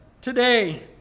today